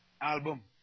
album